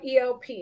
ELP